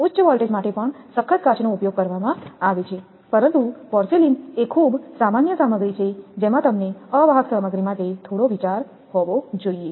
ઉચ્ચ વોલ્ટેજ માટે પણ સખત કાચનો ઉપયોગ કરવામાં આવે છે પરંતુ પોર્સેલેઇન એ ખૂબ સામાન્ય સામગ્રી છે જેમાં તમને અવાહક સામગ્રી માટે થોડો વિચાર હોવો જોઈએ